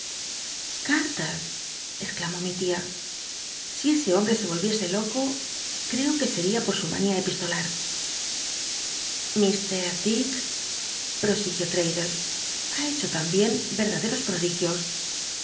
exclamó mi tia si ese hombre so i'olviesc loco creo que seria por su manía epistolar mr dick prosiguió l'raddles ha hecho lambien i'crdadc os prodigios